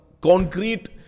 concrete